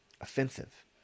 offensive